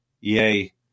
Yay